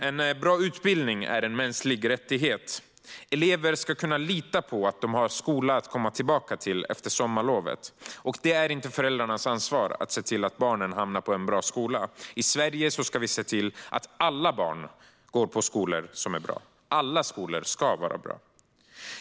En bra utbildning är en mänsklig rättighet. Elever ska kunna lita på att de har en skola att komma tillbaka till efter sommarlovet. Och det är inte föräldrarnas ansvar att se till att barnen hamnar i en bra skola. I Sverige ska vi se till att alla barn går i skolor som är bra. Alla skolor ska vara bra.